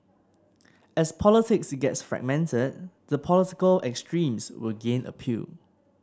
as politics gets fragmented the political extremes will gain appeal